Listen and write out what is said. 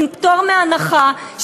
עם פטור מחובת הנחה,